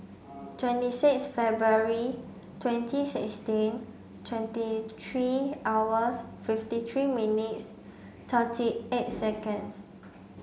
twenty six February twenty sixteen twenty three hours fifty three minutes thirty eight seconds